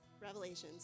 revelations